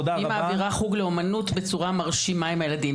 היא מעבירה חוג לאומנות בצורה מרשימה לילדים.